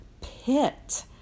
pit